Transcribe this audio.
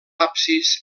absis